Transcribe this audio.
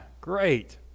Great